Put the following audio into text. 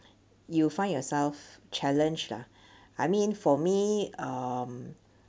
you'll find yourself challenged lah I mean for me um